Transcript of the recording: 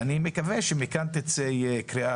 אני מקווה שמכאן תצא קריאה,